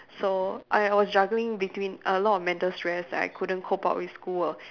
so I was juggling between a lot of mental stress that I couldn't cope up with school work